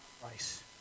price